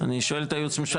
אני שואל את הייעוץ המשפטי,